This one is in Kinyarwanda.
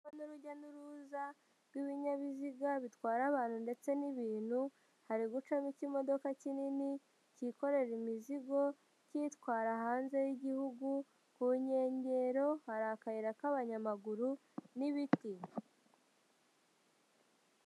Urujya n'uruza rw'ibinyabiziga bitwara abantu ndetse n'ibintu, hari gucamo ikimodoka kinini kikorera imizigo, kiyitwara hanze y'igihugu, ku nkengero hari akayira k'abanyamaguru n'ibiti.